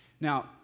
Now